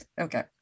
Okay